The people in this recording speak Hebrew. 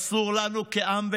אסור לנו כעם,